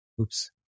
Oops